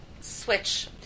switch